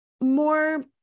more